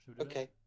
Okay